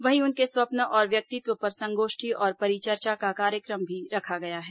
वहीं उनके स्वप्न और व्यक्तित्व पर संगोष्ठी और परिचर्चा का कार्यक्रम भी रखा गया है